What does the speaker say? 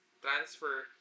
transfer